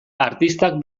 artistak